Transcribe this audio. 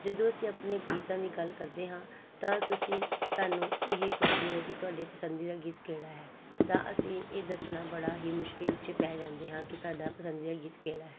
ਜਦੋਂ ਅਸੀਂ ਆਪਣੇ ਗੀਤਾਂ ਦੀ ਗੱਲ ਕਰਦੇ ਹਾਂ ਤਾਂ ਤੁਸੀਂ ਸਾਨੂੰ ਇਹ ਪੁੱਛਦੇ ਹੋ ਕਿ ਤੁਹਾਡੇ ਪਸੰਦੀਦਾ ਗੀਤ ਕਿਹੜਾ ਹੈ ਤਾਂ ਅਸੀਂ ਇਹ ਦੱਸਣਾ ਬੜਾ ਹੀ ਮੁਸ਼ਕਲ 'ਚ ਪੈ ਜਾਂਦੇ ਹਾਂ ਕਿ ਸਾਡਾ ਪਸੰਦੀਦਾ ਗੀਤ ਕਿਹੜਾ ਹੈ